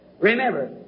Remember